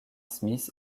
smith